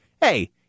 hey